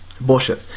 bullshit